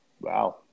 Wow